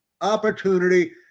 opportunity